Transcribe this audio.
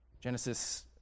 Genesis